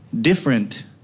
different